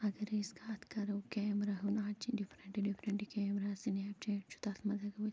اَگرٔے أسۍ کَتھ کَرو کیمرا ہن آز چھِ ڈِفریٚنٛٹہٕ ڈِفریٚنٛٹہٕ کیمرا سٕنیپ چیٹ چھُ تَتھ منٛز ہیٚکو أسۍ